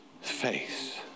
faith